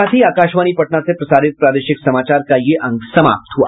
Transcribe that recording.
इसके साथ ही आकाशवाणी पटना से प्रसारित प्रादेशिक समाचार का ये अंक समाप्त हुआ